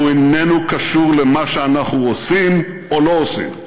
והוא איננו קשור למה שאנחנו עושים או לא עושים.